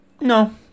No